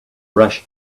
rush